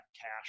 cash